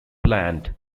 plant